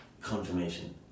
confirmation